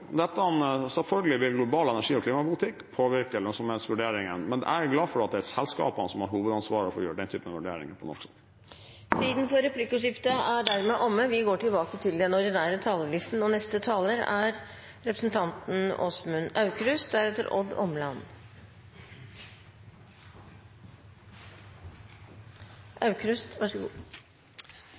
selvfølgelig vil global energi- og klimapolitikk påvirke lønnsomhetsvurderingene. Men jeg er glad for at det er selskapene som har hovedansvaret for å gjøre den typen vurderinger på norsk sokkel. Dermed er replikkordskiftet omme. Stortinget behandler denne høsten siste miljøbudsjett i denne perioden. Dette er dommen over hva Høyre–Fremskrittsparti-regjeringen har fått til